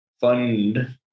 fund